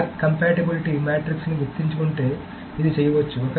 lock compatibility matrix ను గుర్తుంచుకుంటే ఇది చేయవచ్చు